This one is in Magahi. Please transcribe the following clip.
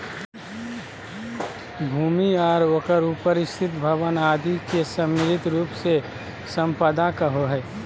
भूमि आर ओकर उपर स्थित भवन आदि के सम्मिलित रूप से सम्पदा कहो हइ